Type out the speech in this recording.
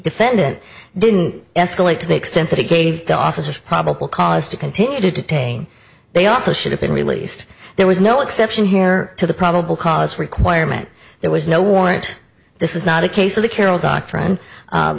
defendant didn't escalate to the extent that it gave the officers probable cause to continue to detain they also should have been released there was no exception here to the probable cause requirement there was no warrant this is not a case of the carroll doctrine